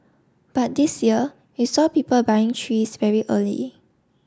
but this year we saw people buying trees very early